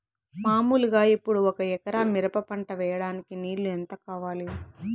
మామూలుగా ఇప్పుడు ఒక ఎకరా మిరప పంట వేయడానికి నీళ్లు ఎంత కావాలి?